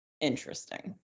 interesting